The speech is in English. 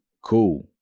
Cool